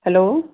hello